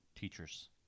teachers